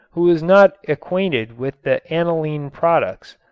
who was not acquainted with the aniline products.